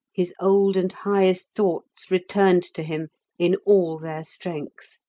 his old and highest thoughts returned to him in all their strength.